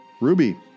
Ruby